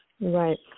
Right